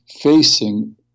facing